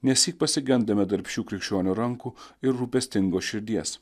nesyk pasigendame darbščių krikščionio rankų ir rūpestingos širdies